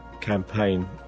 campaign